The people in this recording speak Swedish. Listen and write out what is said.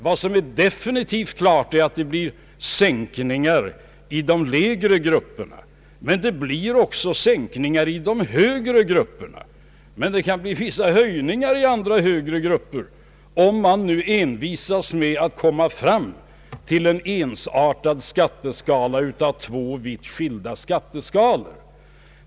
Vad som är definitivt klart är att det blir sänkningar i de lägre inkomstgrupperna. Det blir också sänkningar i de högre inkomstgrupperna, men det kan bli vissa höjningar i andra högre inkomstgrupper, om man nu envisas med att komma fram till en ensartad skatteskala av två vitt skilda skatteskalor.